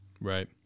Right